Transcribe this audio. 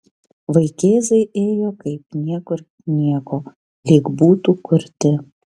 vaikėzai ėjo kaip niekur nieko lyg būtų kurti